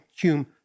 Hume